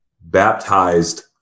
baptized